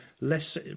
Less